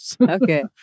Okay